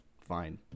fine